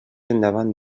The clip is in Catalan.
endavant